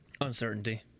Uncertainty